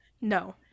No